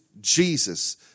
Jesus